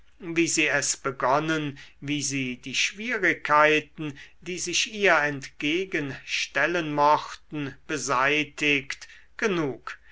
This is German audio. wie sie es begonnen wie sie die schwierigkeiten die sich ihr entgegen stellen mochten beseitigt genug